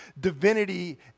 divinity